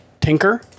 tinker